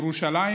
ירושלים